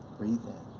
breathe in,